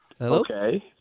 Okay